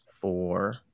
Four